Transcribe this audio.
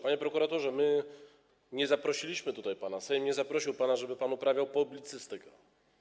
Panie prokuratorze, nie zaprosiliśmy tutaj pana, Sejm nie zaprosił tutaj pana, żeby pan uprawiał publicystykę.